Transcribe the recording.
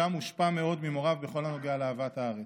שם הושפע מאוד ממוריו בכל הנוגע לאהבת הארץ.